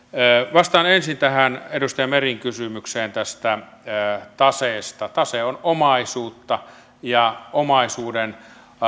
vastaan ensin tähän edustaja meren kysymykseen tästä taseesta tase on omaisuutta ja omaisuuden